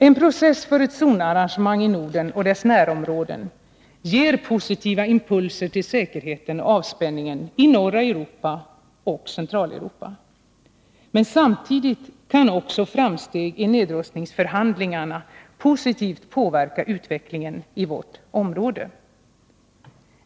En process för ett zonarrangemang i Norden och dess närområden ger positiva impulser till säkerheten och avspänningen i norra Europa och Centraleuropa. Men samtidigt kan också framsteg i nedrustningsförhandlingarna positivt påverka utvecklingen i vårt område.